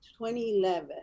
2011